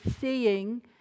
seeing